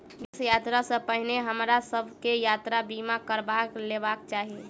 विदेश यात्रा सॅ पहिने हमरा सभ के यात्रा बीमा करबा लेबाक चाही